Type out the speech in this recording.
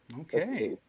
okay